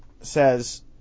says